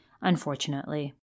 unfortunately